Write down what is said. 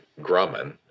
Grumman